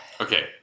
Okay